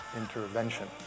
intervention